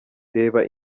reba